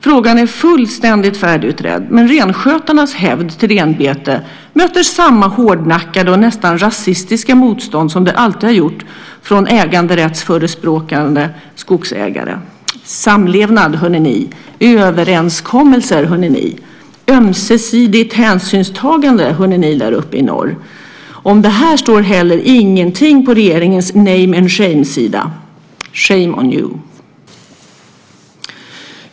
Frågan är fullständigt färdigutredd, men renskötarnas hävd till renbete möter samma hårdnackade och nästan rasistiska motstånd som det alltid har gjort från äganderättsförespråkande skogsägare. Samlevnad, hör ni ni! Överenskommelser, hör ni ni! Ömsesidigt hänsynstagande, hör ni ni där uppe i norr! Om detta står heller ingenting på regeringens name and shame sida. Shame on you !